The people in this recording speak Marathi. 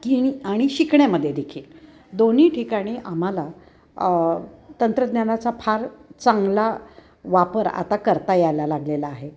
किणी आणि शिकण्यामदे देखील दोन्ही ठिकाणी आम्हाला तंत्रज्ञानाचा फार चांगला वापर आता करता यायला लागलेला आहे